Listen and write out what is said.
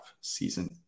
season